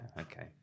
Okay